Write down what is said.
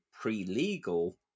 pre-legal